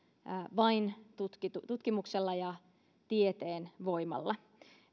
vain tutkimuksella ja tieteen voimalla